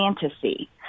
fantasy